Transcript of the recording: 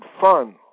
fun